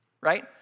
Right